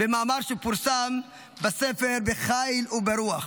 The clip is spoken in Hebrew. במאמר שפורסם בספר "בחיל וברוח".